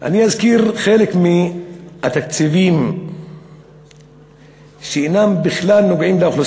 אני אזכיר חלק מהתקציבים שאינם נוגעים בכלל